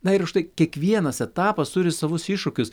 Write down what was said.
na ir štai kiekvienas etapas turi savus iššūkius